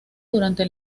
durante